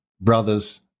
brothers